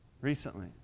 recently